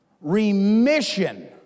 remission